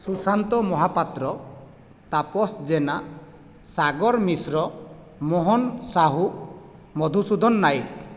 Sushant Mahapatra Tapas Jena Sagar Mishra Mohan Sahu Madhusudan Nayak